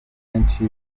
benshi